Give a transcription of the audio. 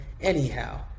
Anyhow